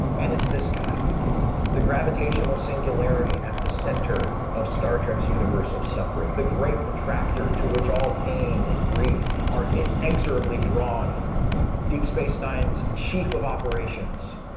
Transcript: and it's this guy the gravitational singularity at the center of star trek's universe of suffering, the great attractor to which all pain and grief are inexorably drawn deep space nine's chief of operations,